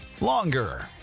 longer